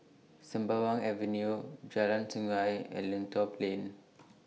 Sembawang Avenue Jalan Sungei and Lentor Plain